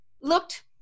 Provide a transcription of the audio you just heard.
looked